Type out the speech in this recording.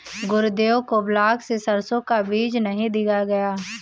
गुरुदेव को ब्लॉक से सरसों का बीज नहीं दिया गया